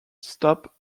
stop